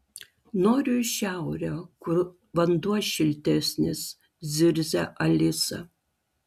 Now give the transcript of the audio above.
noriu į šiaurę kur vanduo šiltesnis zirzia alisa